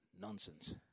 nonsense